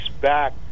back